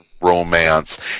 romance